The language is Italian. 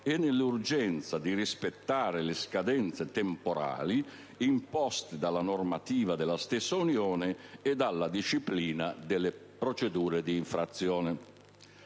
e nell'urgenza di rispettare le scadenze temporali imposte dalla normativa dell'Unione stessa e dalla disciplina delle procedure d'infrazione.